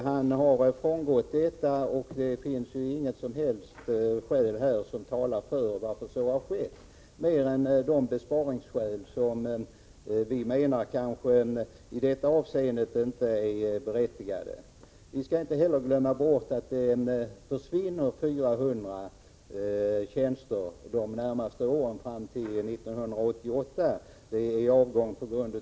Han har nu frångått detta, och det har inte angivits något som helst skäl härför utöver de besparingsskäl som vi menar i detta avseende inte är berättigade. Man skall inte heller glömma bort att det försvinner 400 tjänster under åren fram till 1988 genom pensionsavgångar och liknande.